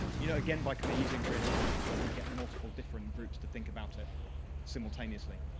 you know, again, by kind of using really examples, you can get multiple different groups to think about it simultaneously.